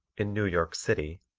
in new york city,